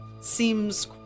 seems